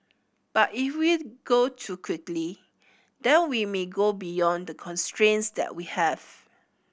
but if we go too quickly then we may go beyond the constraints that we have